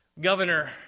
governor